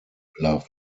love